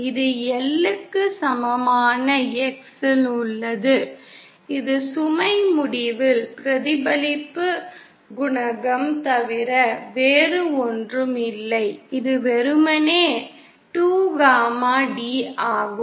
இது L க்கு சமமான X இல் உள்ளது இது சுமை முடிவில் பிரதிபலிப்பு குணகம் தவிர வேறு ஒன்றும் இல்லை இது வெறுமனே 2 காமா d ஆகும்